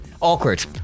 Awkward